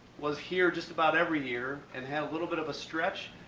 was here just about every year and had a little bit of a stretch.